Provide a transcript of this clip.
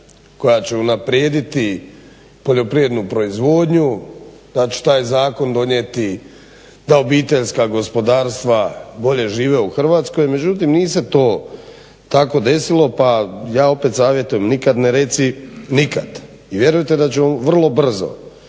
koja će unaprijediti poljoprivrednu proizvodnju, da će taj zakon donijeti da obiteljska gospodarstva bolje žive u Hrvatskoj, međutim nije se to tako desilo pa ja opet savjetujem nikad ne reci nikad i vjerujte da ćemo vrlo brzo